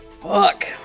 Fuck